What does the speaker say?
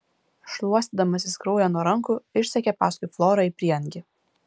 šluostydamasis kraują nuo rankų išsekė paskui florą į prieangį